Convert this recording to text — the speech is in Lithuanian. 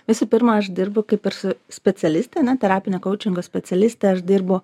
visų pirma aš dirbu kaip ir specialiste ane terapine koučingo specialiste aš dirbu